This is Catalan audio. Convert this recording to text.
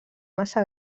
massa